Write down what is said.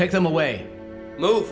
take them away lo